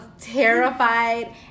terrified